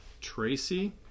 Tracy